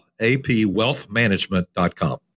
APWealthManagement.com